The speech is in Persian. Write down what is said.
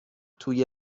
توی